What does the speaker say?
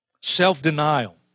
self-denial